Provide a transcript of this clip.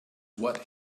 what